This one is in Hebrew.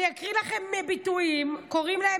אני אקריא לכם את הביטויים: קוראים להם